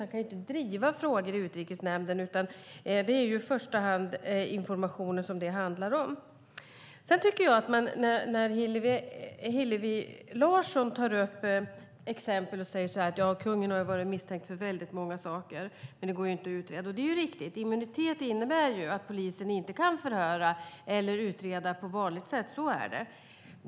Han kan inte driva frågor i Utrikesnämnden, utan det är i första hand information som det handlar om. Hillevi Larsson tar upp exempel och säger så här: Kungen har varit misstänkt för många saker. Men det går inte att utreda. Det är riktigt. Immunitet innebär att polisen inte kan förhöra eller utreda på vanligt sätt. Så är det.